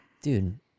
Dude